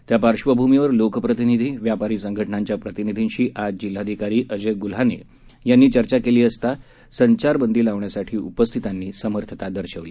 त्या पार्श्वभूमीवर लोकप्रतिनिधी व्यापारी संघटनांच्या प्रतिनिधींशी आज जिल्हाधिकारी अजय गुल्हाने यांनी चर्चा केली असता जनता कर्फ्यू घेण्यासाठी उपस्थितांनी समर्थता दर्शवली